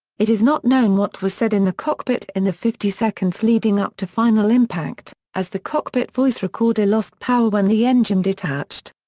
it is not known what was said in the cockpit in the fifty seconds leading up to final impact, as the cockpit voice recorder lost power when the engine detached.